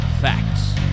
Facts